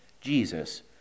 Jesus